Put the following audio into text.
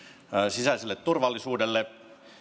sisäiselle turvallisuudelle